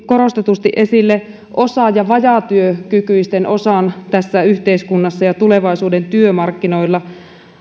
korostetusti esille osa ja vajaatyökykyisten osan tässä yhteiskunnassa ja tulevaisuuden työmarkkinoilla